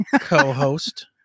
co-host